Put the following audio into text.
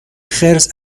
خرس